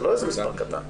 זה לא איזה מספר קטן.